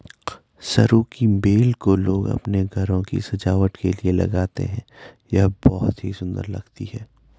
सरू की बेल को लोग अपने घरों की सजावट के लिए लगाते हैं यह बहुत ही सुंदर लगती है